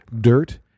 dirt